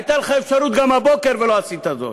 הייתה לך אפשרות גם הבוקר ולא עשית זאת.